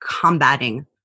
combating